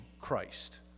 Christ